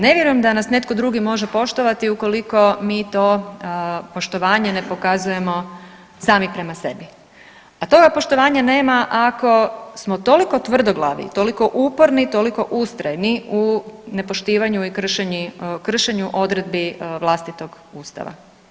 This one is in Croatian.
Ne vjerujem da nas netko drugi može poštovati ukoliko mi to poštovanje ne pokazujemo sami prema sebi, a toga poštovanja nema ako smo toliko tvrdoglavi, toliko uporni, toliko ustrajni u nepoštivanju i kršenju odredbi vlastitog Ustava.